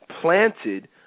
planted